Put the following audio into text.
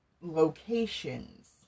locations